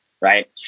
right